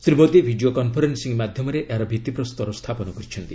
Shri Modi video conferencing ମାଧ୍ୟମରେ ଏହାର ଭିଭିପ୍ରସ୍ତର ସ୍ଥାପନ କରିଚ୍ଛନ୍ତି